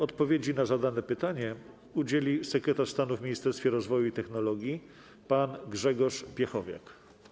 Odpowiedzi na zadane pytanie udzieli sekretarz stanu w Ministerstwie Rozwoju i Technologii pan Grzegorz Piechowiak.